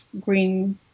green